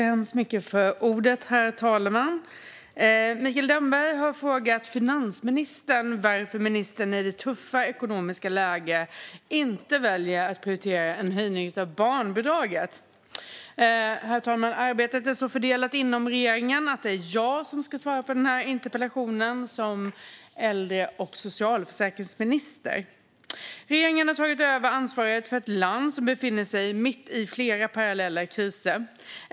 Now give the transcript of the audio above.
Herr talman! Mikael Damberg har frågat finansministern varför ministern i det tuffa ekonomiska läget inte väljer att prioritera en höjning av barnbidraget. Arbetet inom regeringen är så fördelat att det är jag som äldre och socialförsäkringsminister som ska svara på interpellationen. Regeringen har tagit över ansvaret för ett land som befinner sig mitt i flera parallella kriser.